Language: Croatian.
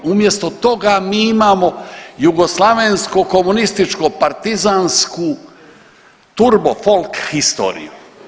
Umjesto toga mi imamo jugoslavensko-komunističko partizansku turbo folk historiju.